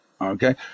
okay